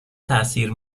تاثیر